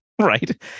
right